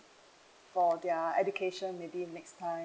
for their education maybe next time